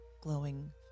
glowing